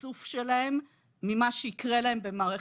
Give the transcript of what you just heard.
ההתמחות שלהן כדי באמת